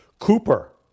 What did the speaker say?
Cooper